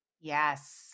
Yes